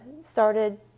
started